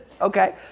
Okay